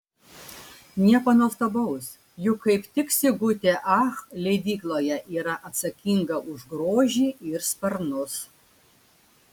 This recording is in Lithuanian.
nieko nuostabaus juk kaip tik sigutė ach leidykloje yra atsakinga už grožį ir sparnus